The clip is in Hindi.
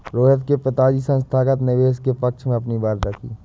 रोहित के पिताजी संस्थागत निवेशक के पक्ष में अपनी बात रखी